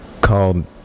called